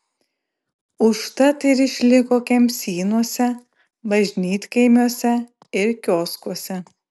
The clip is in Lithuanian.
užtat ir išliko kemsynuose bažnytkaimiuose ir kioskuose